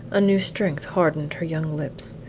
a new strength hardened her young lips.